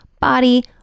body